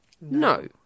no